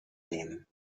nehmen